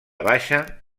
baixa